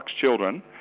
children